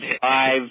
five-